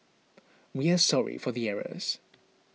we are sorry for the errors